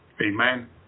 Amen